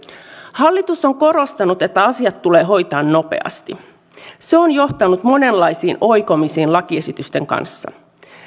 hallitus on korostanut että asiat tulee hoitaa nopeasti se on johtanut monenlaisiin oikomisiin lakiesitysten kanssa